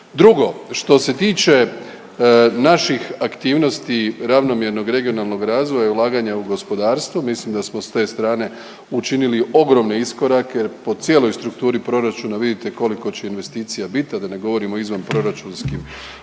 Drugo, što se tiče naših aktivnosti ravnomjernog regionalnog razvoja i ulaganja u gospodarstvo mislim da smo s te strane učinili ogromne iskorake, jer po cijeloj strukturi proračuna vidite koliko će investicija biti, a da ne govorim o izvanproračunskim